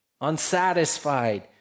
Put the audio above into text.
unsatisfied